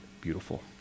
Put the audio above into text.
beautiful